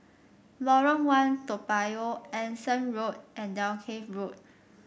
Lorong One Toa Payoh Anson Road and Dalkeith Road